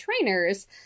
trainers